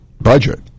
budget